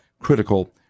critical